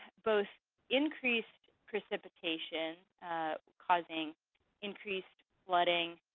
both increased precipitation causing increased flooding,